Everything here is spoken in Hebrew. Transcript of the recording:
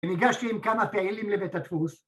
‫ניגשתי עם כמה פעילים לבית הדפוס